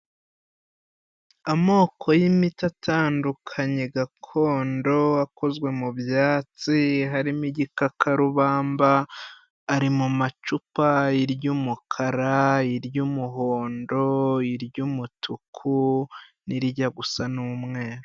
Amoko y'imiti atandukanye gakondo, akozwe mu byatsi, harimo igikakarubamba, ari mu macupa, iry'umukara, iry'umuhondo, iry'umutuku n'irijya gusa n'umweru.